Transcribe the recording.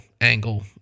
angle